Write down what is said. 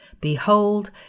Behold